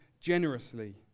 generously